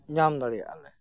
ᱧᱟᱢ ᱫᱟᱲᱮᱭᱟᱜᱼᱟ ᱞᱮ